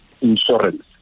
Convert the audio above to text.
insurance